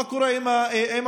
מה קורה עם השומרים?